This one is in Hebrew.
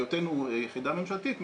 בהיותנו יחידה ממשלתית,